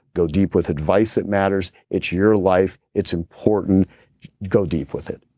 go deep with advice that matters, it's your life, it's important go deep with it